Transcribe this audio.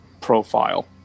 profile